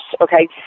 okay